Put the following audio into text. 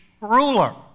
ruler